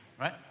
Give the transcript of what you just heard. right